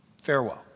Farewell